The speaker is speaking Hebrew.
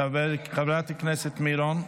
חברת הכנסת מירון?